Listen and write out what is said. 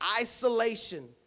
Isolation